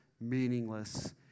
meaningless